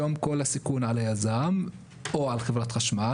היום כל הסיכון הוא על היזם או על חברת החשמל.